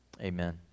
Amen